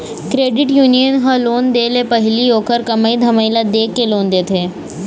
credit union ह loan दे ले पहिली ओखर कमई धमई ल देखके लोन देथे